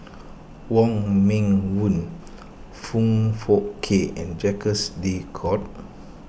Wong Meng Voon Foong Fook Kay and Jacques De Coutre